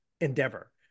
endeavor